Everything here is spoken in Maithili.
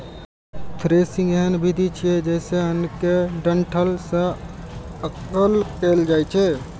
थ्रेसिंग एहन विधि छियै, जइसे अन्न कें डंठल सं अगल कैल जाए छै